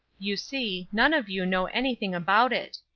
you see, none of you know anything about it.